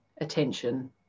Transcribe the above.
attention